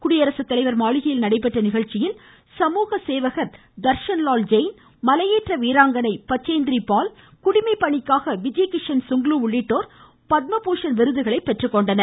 குடியரசுத்தலைவர் மாளிகையில் நடைபெற்ற நிகழ்ச்சியில் சமூக சேவகர் தர்ஷன் லால் ஜெயின் மலையேற்ற வீராங்கணை பச்சேந்திரி பால் குடிமைப் பணிக்காக விஜய்கிஷன்சுங்லு உள்ளிட்டோர் பத்ம பூஷன் விருதுகளை பெற்றுக்கொண்டனர்